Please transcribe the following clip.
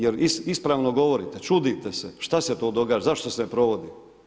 Jer ispravno govorite, čudite se, što se to događa, zašto se ne provodi.